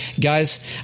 Guys